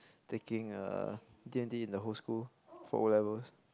taking err D-and-T in the whole school for O-levels